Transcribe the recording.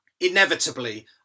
inevitably